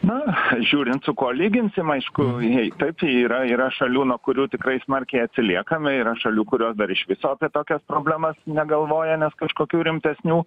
na žiūrint su kuo lyginsim aišku jei taip yra yra šalių nuo kurių tikrai smarkiai atsiliekame yra šalių kurios dar iš viso apie tokias problemas negalvoja nes kažkokių rimtesnių